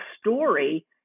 story